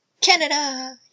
Canada